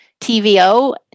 TVO